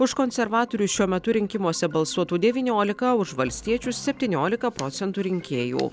už konservatorius šiuo metu rinkimuose balsuotų devyniolika už valstiečius septyniolika procentų rinkėjų